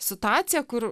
situacija kur